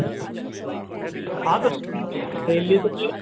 ہاں تو سیلری تو